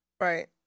right